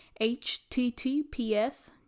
HTTPS